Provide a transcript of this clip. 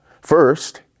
first